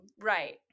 Right